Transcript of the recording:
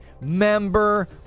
member